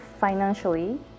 financially